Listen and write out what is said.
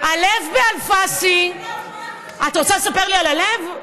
"הלב" באלפסי, את רוצה לספר לי על "הלב"?